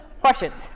questions